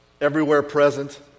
everywhere-present